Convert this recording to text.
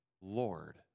Lord